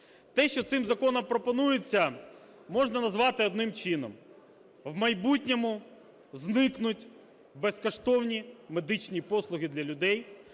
Те, що цим законом пропонується, можна назвати одним чином: в майбутньому зникнуть безкоштовні медичні послуги для людей,